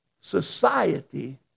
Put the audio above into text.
society